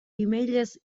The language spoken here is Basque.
emailez